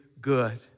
good